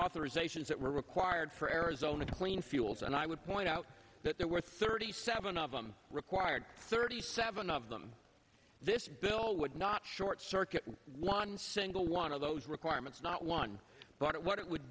authorisations that were required for arizona clean fuels and i would point out that there were thirty seven of them required thirty seven of them this bill would not short circuit one single one of those requirements not one but what it would